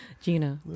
Gina